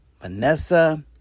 Vanessa